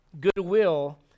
goodwill